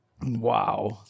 Wow